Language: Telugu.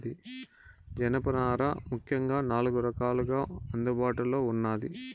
జనపనార ముఖ్యంగా నాలుగు రకాలుగా అందుబాటులో ఉన్నాది